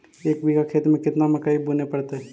एक बिघा खेत में केतना मकई बुने पड़तै?